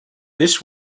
this